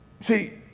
see